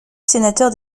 sénateur